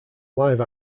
live